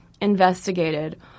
investigated